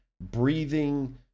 breathing